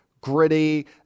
gritty